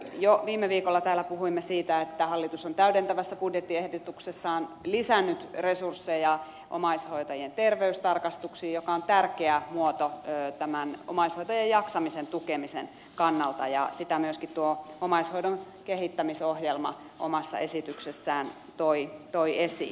jo viime viikolla täällä puhuimme siitä että hallitus on täydentävässä budjettiehdotuksessaan lisännyt resursseja omaishoitajien terveystarkastuksiin jotka ovat tärkeä muoto tämän omaishoitajan jaksamisen tukemisen kannalta ja sitä myöskin tuo omaishoidon kehittämisohjelma omassa esityksessään toi esiin